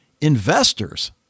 investors